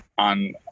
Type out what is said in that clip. on